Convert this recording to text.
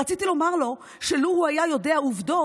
רציתי לומר לו שלו הוא היה יודע עובדות,